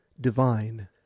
divine